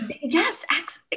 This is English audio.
Yes